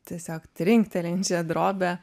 tiesiog trinktelėjančią drobę